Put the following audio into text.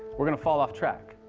we're gonna fall off track,